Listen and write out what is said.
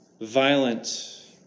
violent